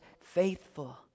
faithful